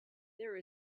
there